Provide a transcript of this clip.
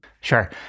Sure